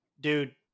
dude